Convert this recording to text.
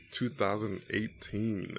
2018